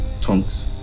Tonks